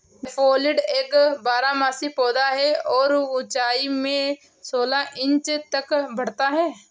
daffodil एक बारहमासी पौधा है और ऊंचाई में सोलह इंच तक बढ़ता है